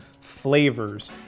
flavors